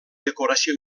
decoració